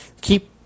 keep